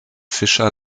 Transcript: fisher